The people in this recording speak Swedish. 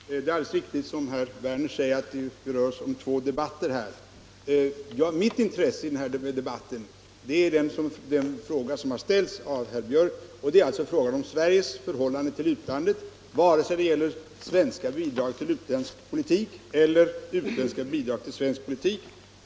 Herr talman! Det är alldeles riktigt som herr Werner i Tyresö säger, att det här rör sig om två debatter. Mitt intresse i detta sammanhang gäller den fråga som har ställts av herr Björck i Nässjö, nämligen om Sveriges förhållande till utlandet, vare sig det gäller svenska bidrag till utländsk politik eller utländska bidrag till svensk politik.